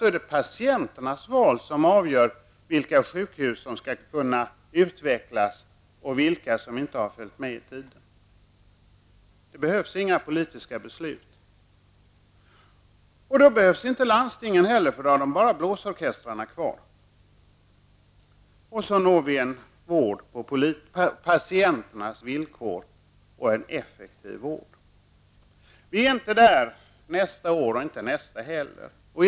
Då är det patienternas val som avgör vilka sjukhus som skall kunna utvecklas och vilka som inte har följt med i tiden. Det behövs inga politiska beslut, och då behövs heller inga landsting, eftersom de bara har blåsorkestrarna kvar. Vi uppnår en vård på patienternas villkor, och en effektiv vård. Vi är inte där nästa år, och inte heller året därefter.